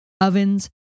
ovens